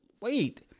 Wait